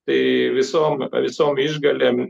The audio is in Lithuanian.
tai visom visom išgalėm